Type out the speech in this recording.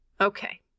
Okay